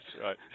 right